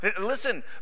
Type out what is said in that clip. listen